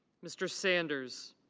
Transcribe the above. mr. sanders.